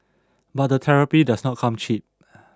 but the therapy does not come cheap